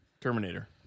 Terminator